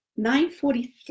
943